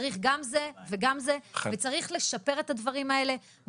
צריך גם זה וגם זה, וצריך לשפר את הדברים האלה.